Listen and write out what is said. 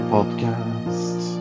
Podcast